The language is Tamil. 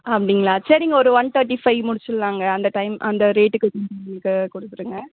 அப்படிங்களா சரிங்க ஒரு ஒன் ஃபைவ் முடிச்சுட்லாங்க அந்த டைம் அந்த ரேட்டுக்கு கொஞ்சம் எங்களுக்கு கொடுத்துருங்க